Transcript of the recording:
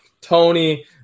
Tony